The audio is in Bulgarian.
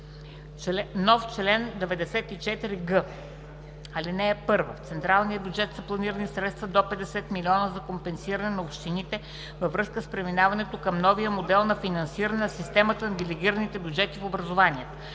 Чл. 94г. (1) В централния бюджет са планирани средства до 50 млн. лв. за компенсиране на общините във връзка с преминаването към новия модел на финансиране на системата на делегирани бюджети в образованието.